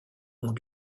ont